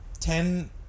ten